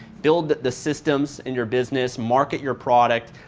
build the systems in your business, market your product.